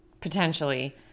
potentially